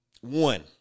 One